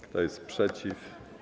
Kto jest przeciw?